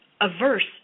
averse